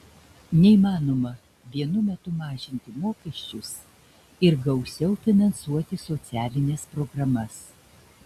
neįmanoma vienu metu mažinti mokesčius ir gausiau finansuoti socialines programas